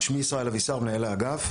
שמי ישראל אבישר, מנהל האגף.